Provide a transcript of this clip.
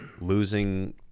losing